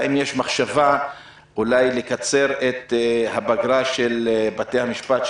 האם יש מחשבה אולי לקצר את פגרת בתי המשפט,